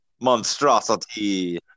monstrosity